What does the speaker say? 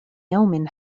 يوم